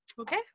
Okay